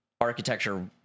architecture